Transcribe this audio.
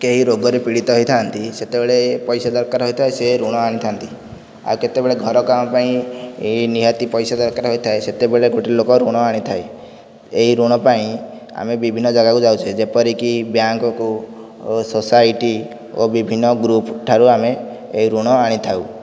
କେହି ରୋଗରେ ପୀଡ଼ିତ ହୋଇଥାନ୍ତି ସେତେବେଳେ ପଇସା ଦରକାର ହୋଇଥାଏ ସେ ଋଣ ଆଣିଥାନ୍ତି ଆଉ କେତେବେଳେ ଘର କାମ ପାଇଁ ନିହାତି ପଇସା ଦରକାର ହୋଇଥାଏ ସେତେବେଳେ ଗୋଟିଏ ଲୋକ ଋଣ ଆଣିଥାଏ ଏହି ଋଣ ପାଇଁ ଆମେ ବିଭିନ୍ନ ଜାଗାକୁ ଯାଉଛୁ ଯେପରିକି ବ୍ୟାଙ୍କକୁ ଓ ସୋସାଇଟି ଓ ବିଭିନ୍ନ ଗୃପ୍ ଠାରୁ ଆମେ ଏହି ଋଣ ଆଣିଥାଉ